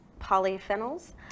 Polyphenols